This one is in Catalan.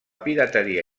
pirateria